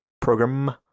program